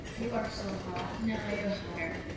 you are so hot. no, you're hotter.